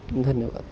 धन्यवाद